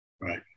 Right